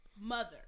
mother